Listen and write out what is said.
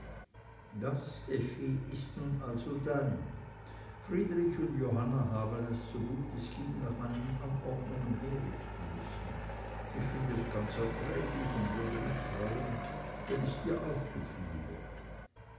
das effi ist nun also dein friedrich und johanna haben es so gut es ging nach meinen anordnungen herrichten müssen ich finde es ganz erträglich und würde mich freuen wenn es dir auch gefiele